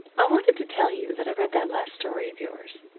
i wanted to tell you that i read that last story of yours,